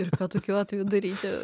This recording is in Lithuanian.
ir ką tokiu atveju daryti